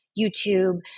YouTube